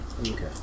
Okay